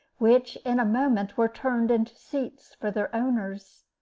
which, in a moment, were turned into seats for their owners.